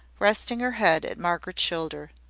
resting her head at margaret's shoulder.